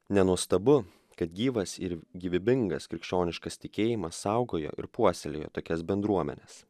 nenuostabu kad gyvas ir gyvybingas krikščioniškas tikėjimas saugojo ir puoselėjo tokias bendruomenes